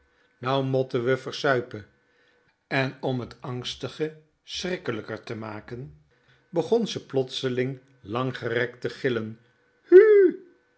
nou motte we versuipe en om het angstige schriklijker te maken begon ze plotseling langgerekt te gillen